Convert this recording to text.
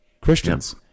Christians